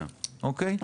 אוקיי?